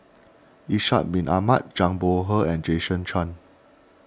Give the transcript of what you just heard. Ishak Bin Ahmad Zhang Bohe and Jason Chan